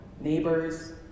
neighbors